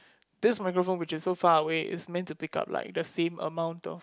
this microphone which is so far away is meant to pick up like the same amount of